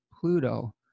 Pluto